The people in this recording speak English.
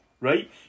right